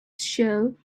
shell